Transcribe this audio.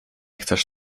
chcesz